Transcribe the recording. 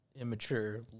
immature